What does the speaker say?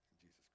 jesus